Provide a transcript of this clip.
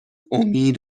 امید